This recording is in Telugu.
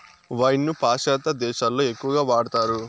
వైన్ ను పాశ్చాత్య దేశాలలో ఎక్కువగా వాడతారు